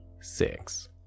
Six